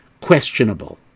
questionable